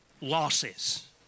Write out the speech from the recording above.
losses